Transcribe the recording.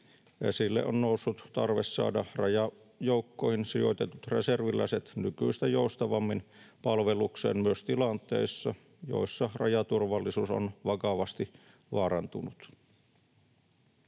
esille on noussut tarve saada rajajoukkoihin sijoitetut reserviläiset nykyistä joustavammin palvelukseen myös tilanteissa, joissa rajaturvallisuus on vakavasti vaarantunut.